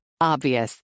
Obvious